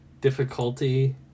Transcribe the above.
difficulty